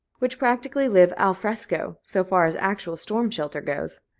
which practically live al fresco, so far as actual storm-shelter goes.